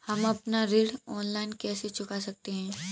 हम अपना ऋण ऑनलाइन कैसे चुका सकते हैं?